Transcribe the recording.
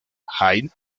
haydn